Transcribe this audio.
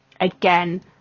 again